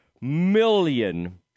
million